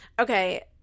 Okay